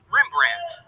Rembrandt